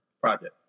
project